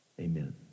amen